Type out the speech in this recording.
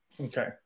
Okay